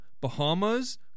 Bahamas